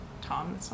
Tom